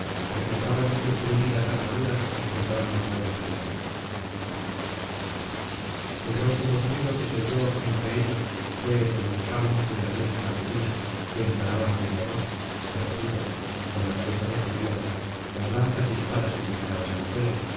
reflejaban en sus bruñidas armaduras los tempranos rayos del sol el ronco murmullo que se oyó entre ellos fue el de los salmos y oraciones matutinas que entonaron a media voz de rodillas con la cabeza descubierta las lanzas y espadas inclinadas al suelo